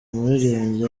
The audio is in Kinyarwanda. muririmbyi